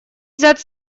взять